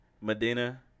Medina